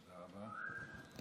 תודה רבה.